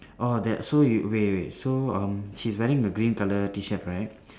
orh that so you wait wait so um she's wearing a green colour T shirt right